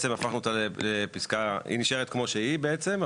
היא נשארת כמו שהיא בעצם,